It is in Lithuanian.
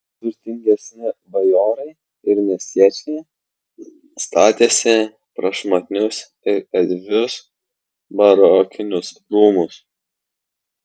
turtingesni bajorai ir miestiečiai statėsi prašmatnius ir erdvius barokinius rūmus